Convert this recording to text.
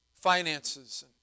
finances